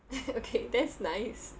okay that's nice